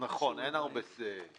נקבעו